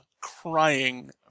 crying